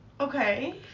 Okay